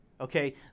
Okay